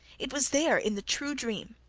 it was there, in the true dream.